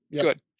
good